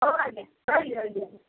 ହଉ ଆଜ୍ଞା ରହିଲି ରହିଲି ଆଜ୍ଞା